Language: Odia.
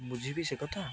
ବୁଝିବି ସେ କଥା